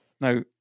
Now